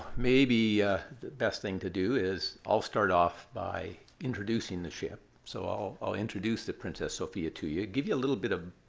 maybe the best thing to do is i'll start off by introducing the ship. so i'll i'll introduce the princess sophia to you give you a little bit of